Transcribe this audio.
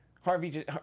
Harvey